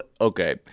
Okay